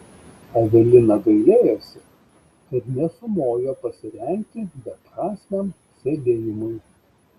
evelina gailėjosi kad nesumojo pasirengti beprasmiam sėdėjimui